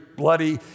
bloody